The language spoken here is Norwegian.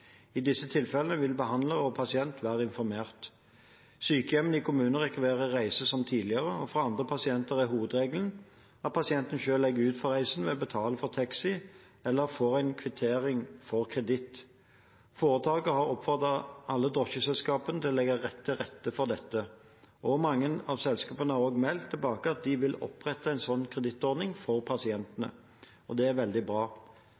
I disse tilfellene vil behandlere og pasienter være informert. Sykehjemmene i kommunene rekvirerer reiser som tidligere. For andre pasienter er hovedregelen at pasienten selv legger ut for reisen ved å betale for taxi eller får en kvittering for kreditt. Foretaket har oppfordret alle drosjeselskap til å legge til rette for dette, og mange av selskapene har meldt tilbake at de vil opprette en slik kredittordning for pasientene. Det er veldig bra.